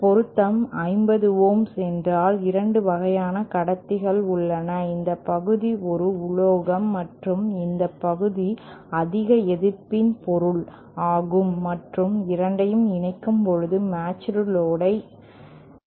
பொருத்தம் 50 ஓம்ஸ் என்றால் 2 வகையான கடத்திகள் உள்ளன இந்த பகுதி ஒரு உலோகம் மற்றும் இந்த பகுதி அதிக எதிர்ப்பின் பொருள் ஆகும் மற்றும் இரண்டையும் இணைக்கும்போது மேட்ச்டு லோடு இருக்கும்